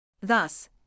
Thus